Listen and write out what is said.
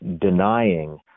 denying